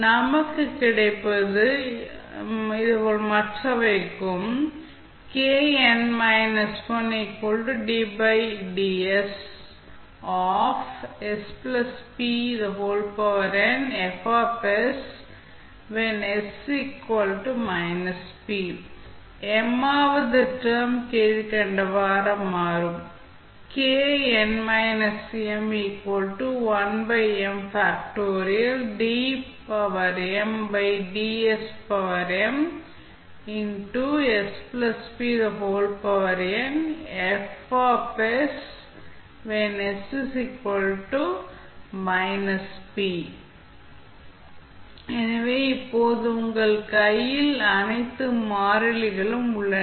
நமக்கு கிடைப்பது இதே போல் மற்றவைக்கும் m வது டெர்ம் கீழ்கண்டவாறு மாறும் எனவே இப்போது உங்கள் கையில் அனைத்து மாறிலிகளும் உள்ளன